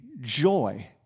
joy